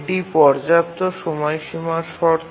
এটি পর্যাপ্ত সময়সীমার শর্ত